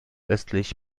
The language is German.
östlich